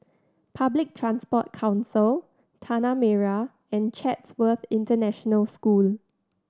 Public Transport Council Tanah Merah and Chatsworth International School